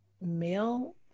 male